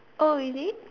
oh is it